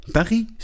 Paris